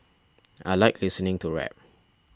I like listening to rap